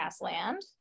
land